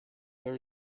there